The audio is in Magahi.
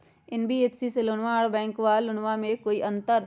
एन.बी.एफ.सी से लोनमा आर बैंकबा से लोनमा ले बे में कोइ अंतर?